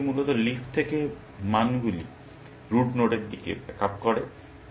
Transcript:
এই প্রক্রিয়াটি মূলত লিফ থেকে মানগুলি রুট নোডের দিকে ব্যাক আপ করে